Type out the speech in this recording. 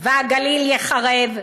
והגליל יחרב,